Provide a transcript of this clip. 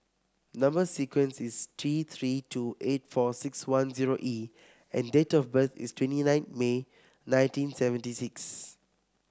number sequence is T Three two eight four six one zero E and date of birth is twenty nine May nineteen seventy six